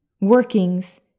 Workings